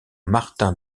martín